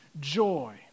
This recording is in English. joy